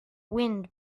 wind